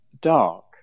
dark